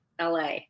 LA